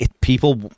people